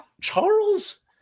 charles